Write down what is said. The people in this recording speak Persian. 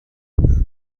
بودم